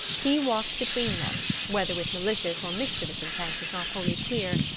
he walked between them, whether with malicious or mischievous intent was not wholly clear,